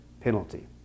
penalty